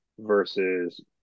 versus